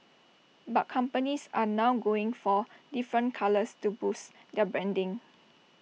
but companies are now going for different colours to boost their branding